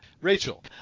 Rachel